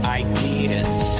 ideas